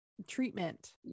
treatment